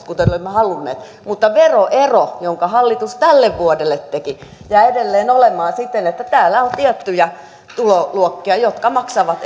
kuten me olemme halunneet mutta veroero jonka hallitus tälle vuodelle teki jää edelleen olemaan siten että täällä on tiettyjä tuloluokkia jotka maksavat